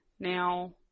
now